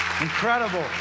Incredible